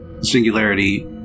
Singularity